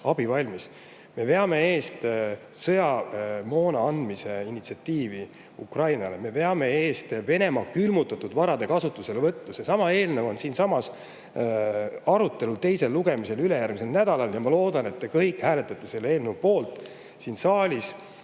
abivalmis. Me veame eest sõjamoona andmist Ukrainale, me veame eest Venemaa külmutatud varade kasutuselevõttu. Seesama eelnõu on siinsamas teisel lugemisel ülejärgmisel nädalal ja ma loodan, et te kõik hääletate selle eelnõu poolt siin saalis